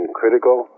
critical